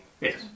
Yes